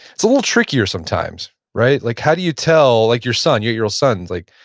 it's a little trickier sometimes, right? like how do you tell like your son, your eight year old son, like,